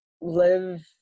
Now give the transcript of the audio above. live